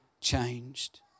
changed